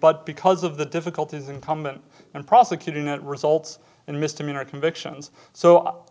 but because of the difficulties in common and prosecuting that results in a misdemeanor convictions so out